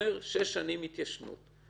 שאומר שש שנים התיישנות.